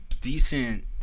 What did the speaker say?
decent